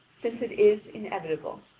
since it is inevitable.